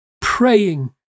praying